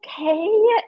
okay